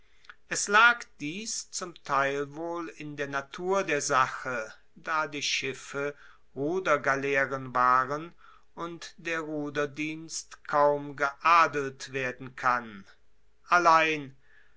es lag dies zum teil wohl in der natur der sache da die schiffe rudergaleeren waren und der ruderdienst kaum geadelt werden kann allein